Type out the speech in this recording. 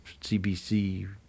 CBC